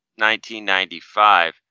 1995